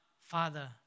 Father